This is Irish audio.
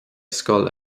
scoil